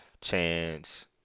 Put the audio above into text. Chance